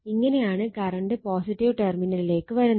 ഇങ്ങനെയാണ് current positive ടെർമിനലിലേക്ക് വരുന്നത്